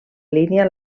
línia